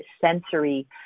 sensory